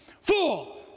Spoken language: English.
Fool